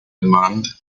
demand